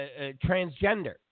transgender